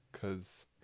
Cause